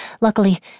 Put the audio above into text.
Luckily